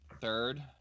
third